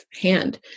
hand